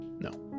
No